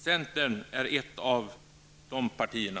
Centern är ett av de partierna.